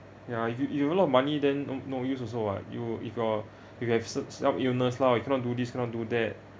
ya if you you have a lot of money then no no use also [what] you if you're if you have s~ sets of illness you cannot do this cannot do that